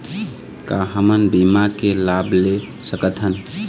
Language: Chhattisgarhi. का हमन बीमा के लाभ ले सकथन?